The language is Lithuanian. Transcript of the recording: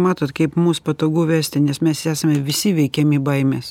matot kaip mus patogu vesti nes mes esame visi veikiami baimės